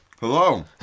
Hello